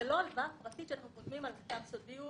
זו לא הלוואה פרטית שאתם חותמים על כתב סודיות